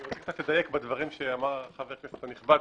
אני רוצה קצת לדייק בדברים שאמר חבר הכנסת הנכבד.